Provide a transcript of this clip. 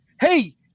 hey